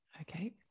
Okay